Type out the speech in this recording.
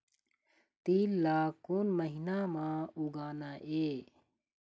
तील ला कोन महीना म उगाना ये?